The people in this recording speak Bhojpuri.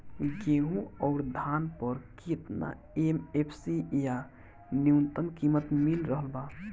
गेहूं अउर धान पर केतना एम.एफ.सी या न्यूनतम कीमत मिल रहल बा?